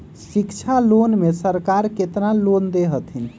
शिक्षा लोन में सरकार केतना लोन दे हथिन?